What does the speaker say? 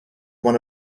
one